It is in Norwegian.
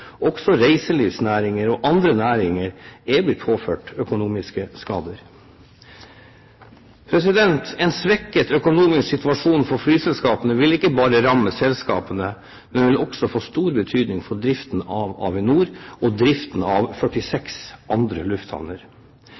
også reiselivsnæringer og andre næringer er blitt påført økonomiske skader. En svekket økonomisk situasjon for flyselskapene vil ikke bare ramme selskapene, men vil også få stor betydning for driften av Avinor og driften av 46 andre lufthavner.